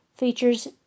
features